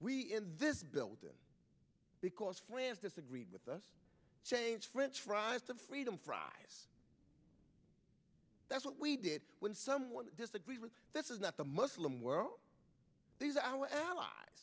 we in this building because france disagreed with us change french fries to freedom fries that's what we did when someone disagrees and this is not the muslim world these a